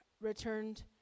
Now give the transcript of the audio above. returned